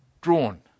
drawn